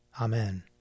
Amen